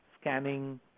scanning